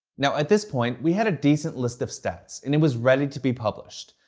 now at this point, we had a decent list of stats and it was ready to be published.